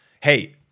Hey